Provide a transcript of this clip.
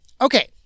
okay